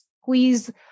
squeeze